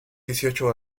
dieciocho